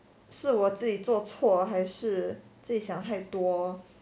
是我自己做错还是自己想太多